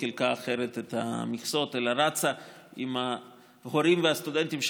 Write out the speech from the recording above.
חומש שמכוונות לציבור הסטודנטים ולחיזוק ציבור הסטודנטים.